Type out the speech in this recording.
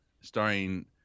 starring